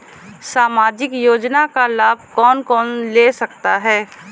सामाजिक योजना का लाभ कौन कौन ले सकता है?